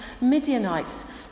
Midianites